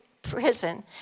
prison